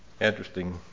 Interesting